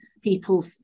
people